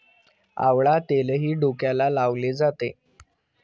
आवळा तेलही डोक्याला लावले जाते